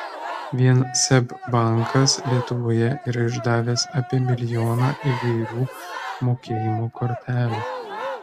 vien seb bankas lietuvoje yra išdavęs apie milijoną įvairių mokėjimo kortelių